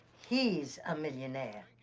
he's a millionaire.